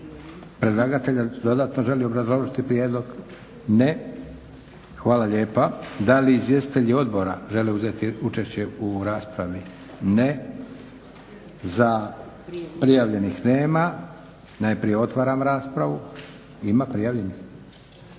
predlagatelja dodatno želi obrazložiti prijedlog? Ne. Hvala lijepa. Da li izvjestitelji odbora žele uzeti učešće u raspravi? Ne. Prijavljenih nema. Najprije otvaram raspravu, ima prijavljenih?